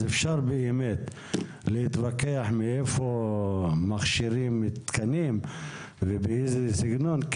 אפשר להתווכח איך מכשירים תקנים ובאיזה סגנון,